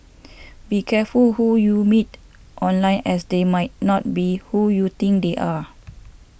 be careful who you meet online as they might not be who you think they are